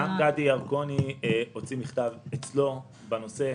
גדי ירקוני הוציא מכתב בנושא,